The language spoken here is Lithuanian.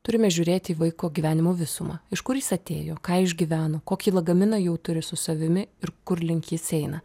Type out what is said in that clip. turime žiūrėti į vaiko gyvenimo visumą iš kur jis atėjo ką išgyveno kokį lagaminą jau turi su savimi ir kur link jis eina